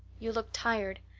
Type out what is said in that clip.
you look tired.